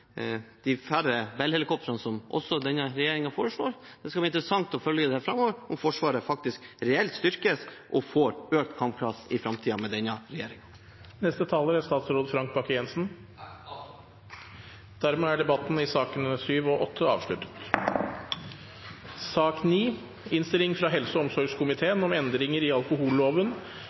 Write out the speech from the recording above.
de færre Bell-helikoptrene, som også denne regjeringen foreslår. Dette skal det bli interessant å følge framover – om Forsvaret faktisk reelt sett styrkes og får økt kampkraft i framtiden med denne regjeringen. Neste taler er statsråd Frank Bakke-Jensen. Jeg avstår. Flere har ikke bedt om ordet til sakene nr. 7 og